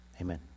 Amen